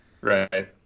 Right